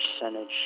percentage